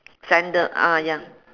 sanda~ ah ya